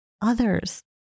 others